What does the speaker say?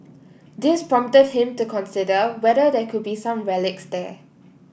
this prompted him to consider whether there could be some relics there